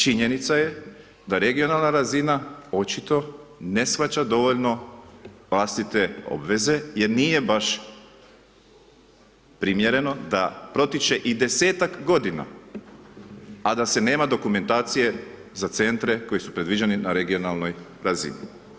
Činjenica je da regionalna razina, očito ne shvaća dovoljno vlastite obveze, jer nije baš primjereno da protiče i 10-tak godina, a da se nema dokumentacije za centre, koji su predviđeni na regionalnoj razini.